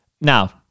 Now